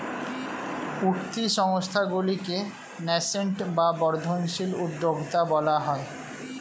উঠতি সংস্থাগুলিকে ন্যাসেন্ট বা বর্ধনশীল উদ্যোক্তা বলা হয়